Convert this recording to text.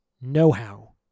know-how